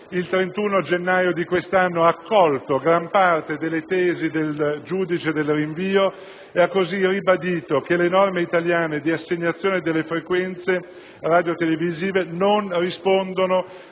il 31 gennaio di quest'anno ha accolto gran parte delle tesi del giudice del rinvio e ha così ribadito che le norme italiane di assegnazione delle frequenze radiotelevisive non rispondono